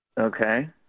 Okay